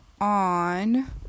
on